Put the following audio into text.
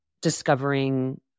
discovering